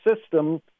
system